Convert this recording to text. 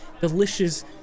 delicious